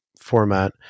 format